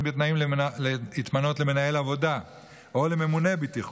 בתנאים להתמנות למנהל עבודה או לממונה בטיחות,